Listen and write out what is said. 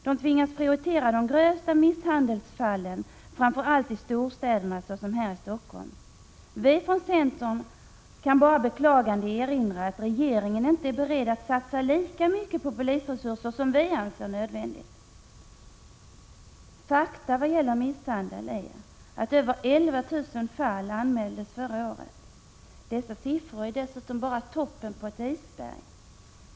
Den tvingas prioritera de grövsta misshandelsfallen, framför allt i storstäderna, såsom här i Stockholm. Vi från centern kan bara med beklagande erinra om att regeringen inte är beredd att satsa lika mycket på polisresurser som vi anser nödvändigt. Fakta i vad gäller misshandeln är ju att över 11 000 fall anmäldes förra året. Dessa siffror är bara toppen på ett isberg.